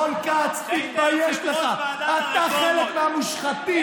רון כץ, תתבייש לך, אתה חלק מהמושחתים.